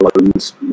loans